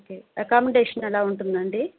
okay accommodation ఎలా ఉంటుందండి